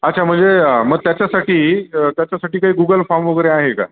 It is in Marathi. अच्छा म्हणजे मग त्याच्यासाठी त्याच्यासाठी काही गुगल फॉर्म वगैरे आहे का